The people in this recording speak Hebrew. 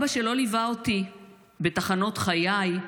אבא לא ליווה אותי בתחנות חיי,